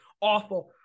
awful